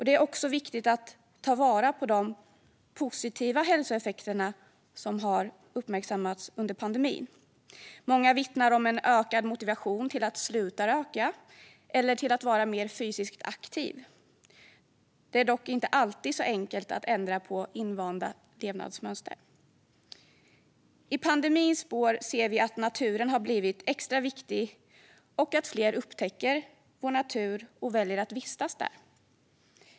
Det är också viktigt att ta vara på de positiva hälsoeffekter som har uppmärksammats under pandemin. Många vittnar om en ökad motivation att sluta röka eller vara mer fysiskt aktiv. Det är dock inte alltid så enkelt att ändra på invanda levnadsmönster. I pandemins spår ser vi att naturen har blivit extra viktig och att fler upptäcker vår natur och väljer att vistas där.